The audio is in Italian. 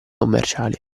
commerciali